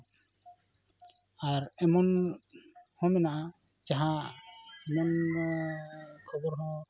ᱟᱨ ᱮᱢᱚᱱ ᱦᱚᱸ ᱢᱮᱱᱟᱜᱼᱟ ᱡᱟᱦᱟᱸ ᱮᱢᱚᱱ ᱠᱷᱚᱵᱚᱨ ᱦᱚᱸ